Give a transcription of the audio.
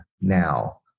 now